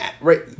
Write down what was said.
right